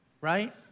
Right